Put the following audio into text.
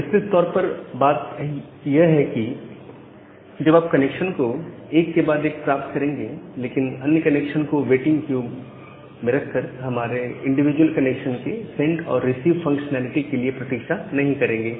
विस्तृत तौर पर बात यह है कि आप सभी कनेक्शंस को एक के बाद एक प्राप्त करेंगे लेकिन अन्य कनेक्शंस को वेटिंग क्यू रखकर हमारे इंडिविजुअल कनेक्शन के सेंड और रिसीव फंक्शनैलिटी के लिए प्रतीक्षा नहीं करेंगे